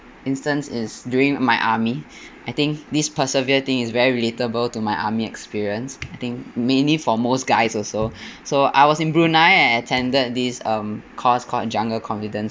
instance is during my army I think this persevere thing is very relatable to my army experience I think mainly for most guys also so I was in brunei I attended this um course called jungle confidence